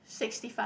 sixty five